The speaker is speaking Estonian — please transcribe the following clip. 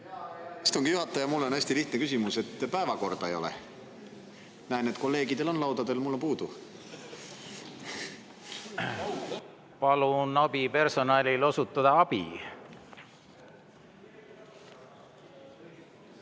Istungi juhataja, mul on hästi lihtne küsimus. Päevakorda ei ole. Näen, et kolleegidel on laudadel, aga mul on puudu. Palun abipersonalil osutada abi.